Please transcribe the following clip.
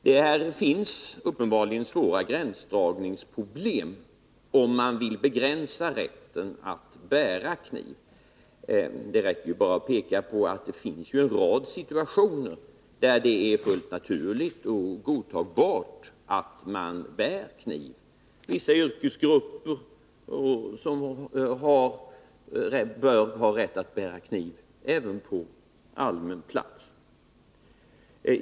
Det finns uppenbarligen svåra gränsdragningsproblem om man vill begränsa rätten att bära kniv. Det räcker med att peka på att det finns en rad situationer där det är fullt naturligt och godtagbart att bära kniv. Vissa yrkesgrupper bör t.ex. ha rätt att bära kniv även på allmän plats.